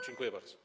Dziękuję bardzo.